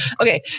Okay